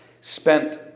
spent